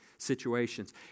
situations